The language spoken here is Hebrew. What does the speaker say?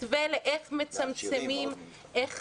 מתווה שאומר איך